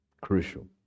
crucial